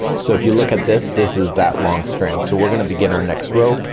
so if you look at this, this is that long strand. so we're gonna begin our next row,